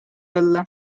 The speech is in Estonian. olla